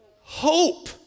hope